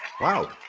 Wow